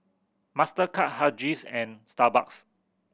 Mastercard Huggies and Starbucks